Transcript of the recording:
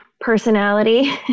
personality